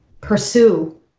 pursue